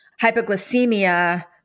hypoglycemia